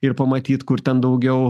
ir pamatyt kur ten daugiau